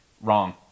Wrong